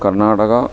Karnataka